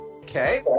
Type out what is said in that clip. Okay